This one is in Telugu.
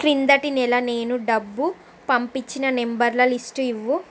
క్రిందటి నెల నేను డబ్బు పంపిచ్చిన నంబర్ల లిస్టు ఇవ్వు